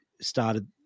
started